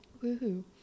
Woo-hoo